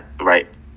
right